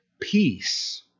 peace